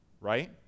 Right